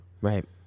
Right